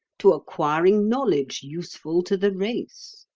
to acquiring knowledge useful to the race.